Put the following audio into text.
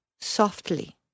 softly